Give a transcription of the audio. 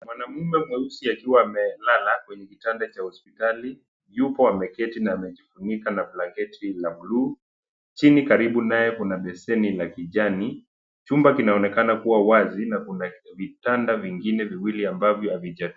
Mwanamume mweusi akiwa amelala kwenye kitanda cha hospitali yupo ameketi na amejifunika na blanketi la buluu chini karibu naye kuna beseni la kijani chumba kinaonekana kuwa wazi na kuna vitanda vingine viwili ambavyo havija